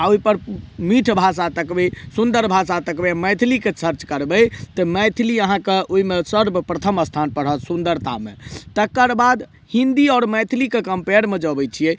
आओर ओइपर मीठ भाषा तकबय सुन्दर भाषा तकबय मैथिलीके सर्च करबय तऽ मैथिली अहाँके ओइमे सर्वप्रथम स्थानपर रहत सुन्दरतामे तकरबाद हिन्दी आओर मैथिलीके कम्पेयरमे जे अबय छियै